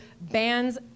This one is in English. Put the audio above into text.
bans